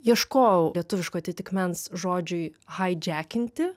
ieškojau lietuviško atitikmens žodžiui haidžekinti